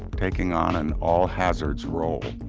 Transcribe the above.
taking on an all-hazards role.